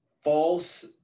false